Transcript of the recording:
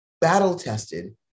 battle-tested